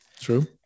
True